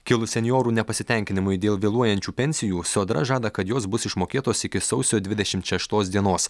kilus senjorų nepasitenkinimui dėl vėluojančių pensijų sodra žada kad jos bus išmokėtos iki sausio dvidešimt šeštos dienos